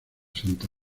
santa